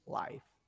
life